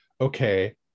okay